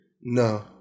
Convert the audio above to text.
No